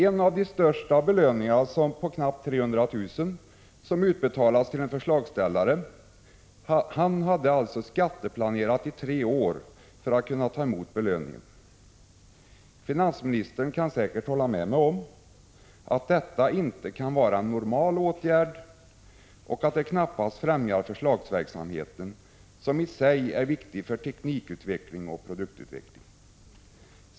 En av de större belöningarna, på knappt 300 000 kr., utbetalades till en förslagsställare som skatteplanerat i tre år för att kunna ta emot belöningen. Finansministern kan säkert hålla med mig om att detta inte kan vara en normal åtgärd och att det knappast främjar förslagsverksamheten, som i sig är viktig för teknikutveckling och produktutveckling.